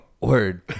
Word